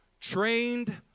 trained